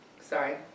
sorry